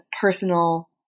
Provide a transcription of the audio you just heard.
personal